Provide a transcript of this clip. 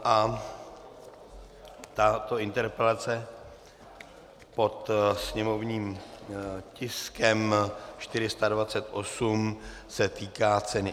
A tato interpelace pod sněmovním tiskem 428 se týká ceny energií.